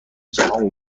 جهان